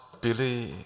Billy